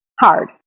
hard